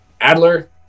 Adler